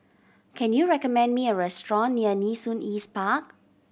can you recommend me a restaurant near Nee Soon East Park